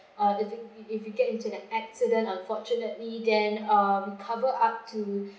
other thing if you get into an accident unfortunately then um we cover up to